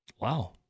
Wow